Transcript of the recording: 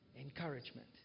Encouragement